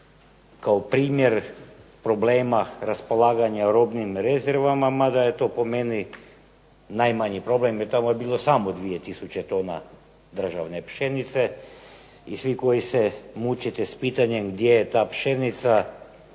kao primjer problema raspolaganja robnim rezervama mada je to po meni najmanji problem jer tamo je bilo samo 2 tisuće tona državne pšenice i svi koji se mučite s pitanjem gdje je ta pšenica,